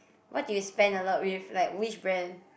what do you spend a lot with like which brand